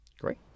Great